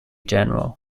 general